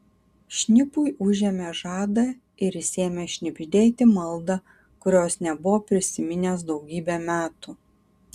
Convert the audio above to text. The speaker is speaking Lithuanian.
šnipui užėmė žadą ir jis ėmė šnibždėti maldą kurios nebuvo prisiminęs daugybę metų